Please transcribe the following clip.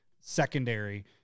secondary